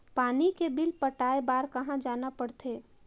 पानी के बिल पटाय बार कहा जाना पड़थे?